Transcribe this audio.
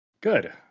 good